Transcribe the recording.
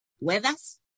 weathers